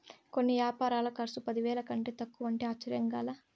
కొన్ని యాపారాల కర్సు పదివేల కంటే తక్కువంటే ఆశ్చర్యంగా లా